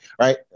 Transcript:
right